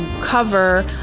cover